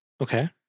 Okay